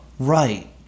Right